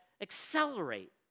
accelerate